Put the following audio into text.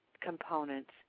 components